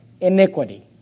iniquity